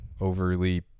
overly